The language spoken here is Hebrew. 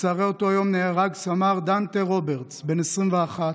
בצוהרי אותו יום נהרג סמ"ר דנטה רוברטס, בן 21,